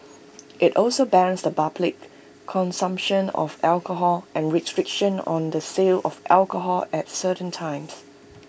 IT also bans the public consumption of alcohol and restrictions on the sale of alcohol at certain times